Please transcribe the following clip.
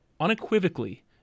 unequivocally